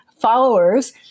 followers